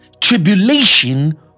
tribulation